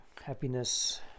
Happiness